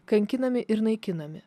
kankinami ir naikinami